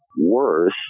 worse